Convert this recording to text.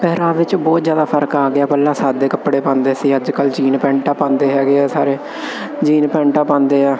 ਪਹਿਰਾਵੇ 'ਚ ਬਹੁਤ ਜ਼ਿਆਦਾ ਫ਼ਰਕ ਆ ਗਿਆ ਪਹਿਲਾਂ ਸਾਦੇ ਕੱਪੜੇ ਪਾਉਂਦੇ ਸੀ ਅੱਜ ਕੱਲ੍ਹ ਜੀਨ ਪੈਂਟਾ ਪਾਉਂਦੇ ਹੈਗੇ ਆ ਸਾਰੇ ਜੀਨ ਪੈਂਟਾਂ ਪਾਉਂਦੇ ਆ